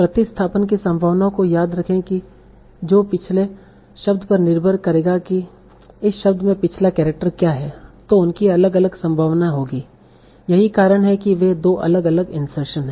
प्रतिस्थापन की संभावनाओं को याद रखें कि जो पिछले शब्द पर निर्भर करेगा कि इस शब्द में पिछला केरेक्टर क्या है तों उनकी अलग अलग संभावनाएं होंगी यही कारण है कि वे 2 अलग अलग इंसर्शन हैं